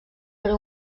per